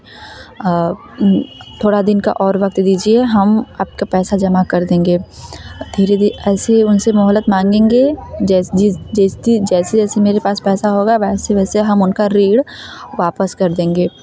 थोड़ा दिन का और वक्त दीजिए हम आपका पैसा जमा कर देंगे फिर भी ऐसे उनसे मोहलत माँगेंगे जैसे जैसे मेरे पास पैसा होगा वैसे वैसे हम उनका ऋण वापस कर देंगे